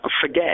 forget